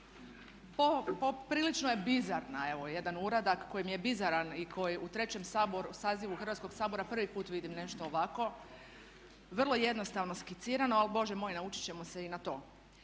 poprilično je bizarna, evo jedan uradak koji mi je bizaran i koji u 3. sazivu Hrvatskoga sabora prvi puta vidim nešto ovako, vrlo jednostavno skicirano, ali Bože moj, naučiti ćemo se i na to.